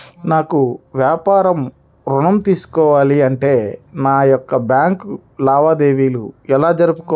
నాకు వ్యాపారం ఋణం తీసుకోవాలి అంటే నా యొక్క బ్యాంకు లావాదేవీలు ఎలా జరుపుకోవాలి?